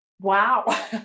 Wow